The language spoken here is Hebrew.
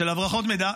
של הברחות מידע.